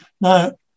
Now